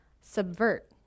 subvert